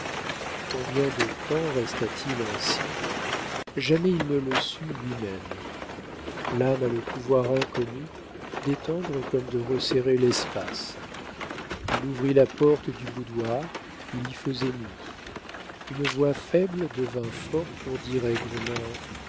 combien de temps resta-t-il ainsi jamais il ne le sut lui-même l'âme a le pouvoir inconnu d'étendre comme de resserrer l'espace il ouvrit la porte du boudoir il y faisait nuit une voix faible devint forte pour dire